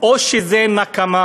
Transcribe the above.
או שזו נקמה,